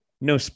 No